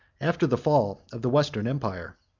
after the fall of the western empire?